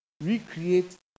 recreate